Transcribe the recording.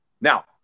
Now